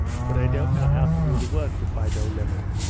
but i don't know how to do the work replied olenin,